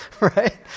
Right